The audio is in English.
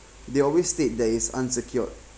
they always state that it's unsecured